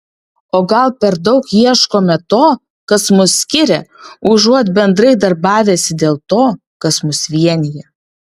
o gal per daug ieškome to kas mus skiria užuot bendrai darbavęsi dėl to kas mus vienija